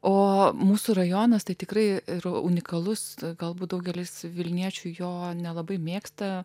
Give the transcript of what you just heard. o mūsų rajonas tai tikrai ir unikalus galbūt daugelis vilniečių jo nelabai mėgsta